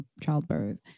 childbirth